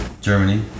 Germany